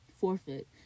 Forfeit